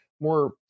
more